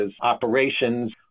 operations